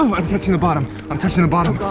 um i'm touching the bottom, i'm touching the bottom.